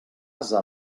ase